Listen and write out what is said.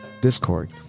Discord